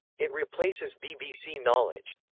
it replaces bbc knowledge.